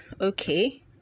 okay